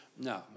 No